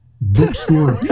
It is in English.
bookstore